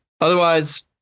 Otherwise